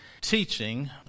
teaching